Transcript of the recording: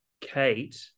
Kate